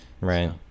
Right